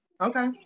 Okay